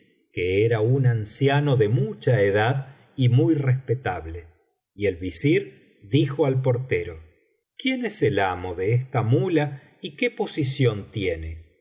que era un anciano de mucha edad y muy respetable y el visir dijo al portero quién es el amo de esta muía y qué posición tiene